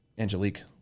Angelique